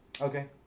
Okay